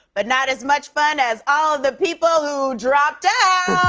but not as much fun as all the people who dropped out.